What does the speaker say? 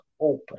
open